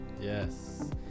yes